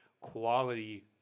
quality